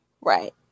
Right